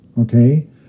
okay